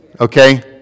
Okay